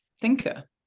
thinker